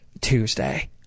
Tuesday